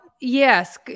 yes